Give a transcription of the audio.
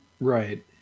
Right